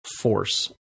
force